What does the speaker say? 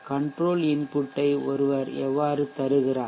control input ஐ ஒருவர் எவ்வாறு தருகிறார்